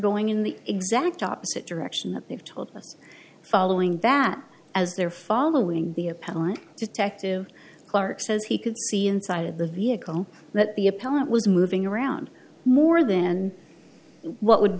going in the exact opposite direction that they've told us following that as they're following the appellant detective clark says he could see inside of the vehicle that the appellant was moving around more than what would